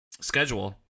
schedule